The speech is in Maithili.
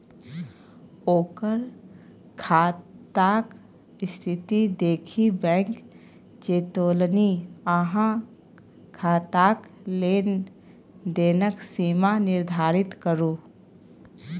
ओकर खाताक स्थिती देखि बैंक चेतोलनि अहाँ खाताक लेन देनक सीमा निर्धारित करू